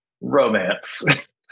romance